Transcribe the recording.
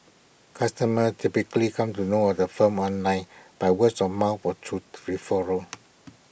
customers typically come to know of the firms online by words of mouth or through referrals